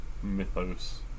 mythos